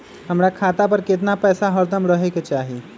हमरा खाता पर केतना पैसा हरदम रहे के चाहि?